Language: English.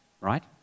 Right